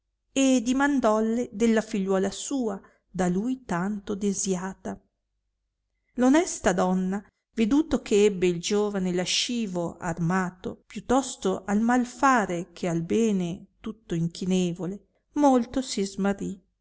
e dimandolle della figliuola sua di io anto desiata l onesta donna veduto che ebbe il giovane lascivo armato più tosto al mal fare che al bene tutto inchinevole molto si